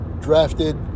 drafted